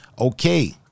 Okay